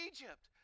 Egypt